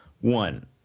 One